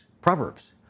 Proverbs